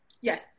Yes